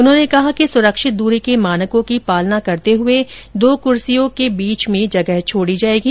उन्होंने कहा कि सुरक्षित दूरी के मानकों की पालना करते हुए दो कुर्सियों के बीच में जगह छोड़ी जाएगी